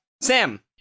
sam